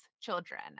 children